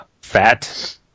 fat